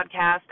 podcast